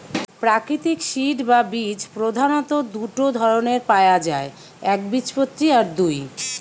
প্রাকৃতিক সিড বা বীজ প্রধাণত দুটো ধরণের পায়া যায় একবীজপত্রী আর দুই